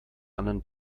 anderen